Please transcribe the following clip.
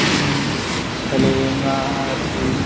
ᱦᱮᱸ ᱟᱹᱞᱤᱧ ᱢᱟ ᱥᱤᱢ